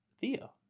Theo